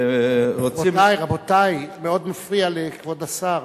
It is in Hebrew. רבותי, רבותי, זה מאוד מפריע לכבוד השר.